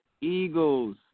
Eagles